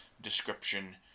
description